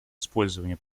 использования